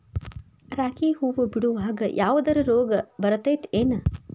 ರಾಗಿ ಹೂವು ಬಿಡುವಾಗ ಯಾವದರ ರೋಗ ಬರತೇತಿ ಏನ್?